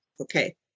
okay